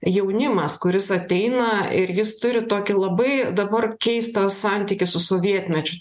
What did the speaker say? jaunimas kuris ateina ir jis turi tokį labai dabar keistą santykį su sovietmečiu